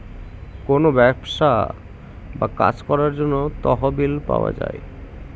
কোনো ব্যবসা বা কাজ করার জন্য তহবিল পাওয়া যায়